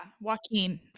Joaquin